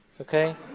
Okay